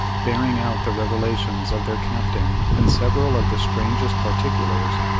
bearing out the revelations of their captain in several of the strangest particulars,